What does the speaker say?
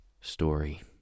story